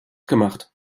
gemacht